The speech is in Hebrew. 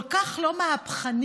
כל כך לא מהפכני,